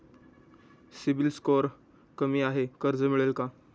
CIBIL score कमी आहे कर्ज मिळेल का?